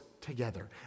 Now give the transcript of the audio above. together